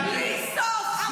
אני רוצה לדבר.